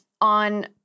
on